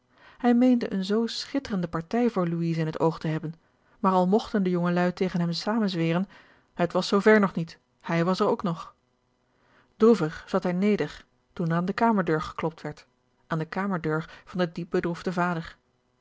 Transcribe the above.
hij meende eene zoo schitterende partij voor louise in het oog te hebben maar al mogten de jongeluî tegen hem zamenzweren het was zoo ver nog niet hij was er ook nog droevig zat hij neder toen er aan de kamerdeur geklopt werd aan de kamerdeur van den diep bedroefden vader